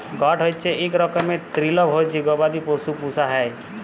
goat হচ্যে ইক রকমের তৃলভজী গবাদি পশু পূষা হ্যয়